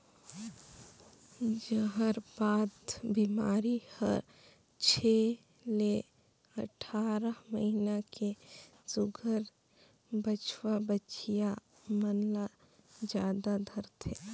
जहरबाद बेमारी हर छै ले अठारह महीना के सुग्घर बछवा बछिया मन ल जादा धरथे